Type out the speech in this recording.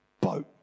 boat